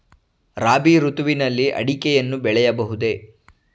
ರಾಬಿ ಋತುವಿನಲ್ಲಿ ಅಡಿಕೆಯನ್ನು ಬೆಳೆಯಬಹುದೇ?